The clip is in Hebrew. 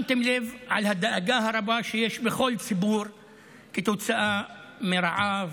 שמתם לב לדאגה הרבה שיש בכל ציבור כתוצאה מרעב,